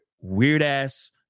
weird-ass